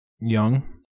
young